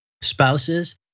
Spouses